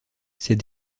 ces